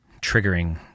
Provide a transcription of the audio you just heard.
triggering